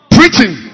Preaching